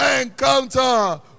encounter